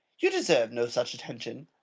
you deserve no such attention.